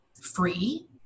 free